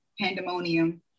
pandemonium